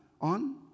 on